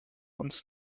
uns